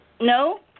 No